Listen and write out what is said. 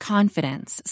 Confidence